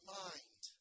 mind